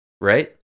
right